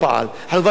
אנחנו כבר יודעים טוב.